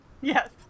Yes